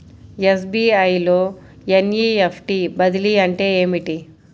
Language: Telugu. ఎస్.బీ.ఐ లో ఎన్.ఈ.ఎఫ్.టీ బదిలీ అంటే ఏమిటి?